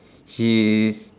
she's